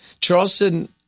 Charleston